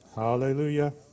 Hallelujah